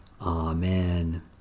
Amen